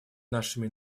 нашими